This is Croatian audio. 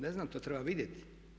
Ne znam, to treba vidjeti.